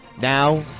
Now